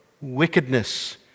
wickedness